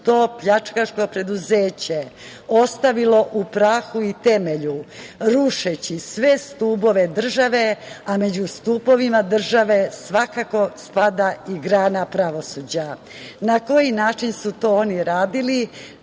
to pljačkaško preduzeće ostavilo u prahu i temelju, rušeći sve stubove države, a među stupovima države svakako spada i grana pravosuđa. Na koji način su to oni radili?